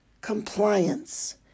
compliance